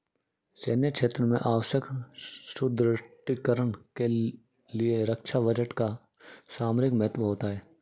सैन्य क्षेत्र में आवश्यक सुदृढ़ीकरण के लिए रक्षा बजट का सामरिक महत्व होता है